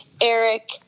Eric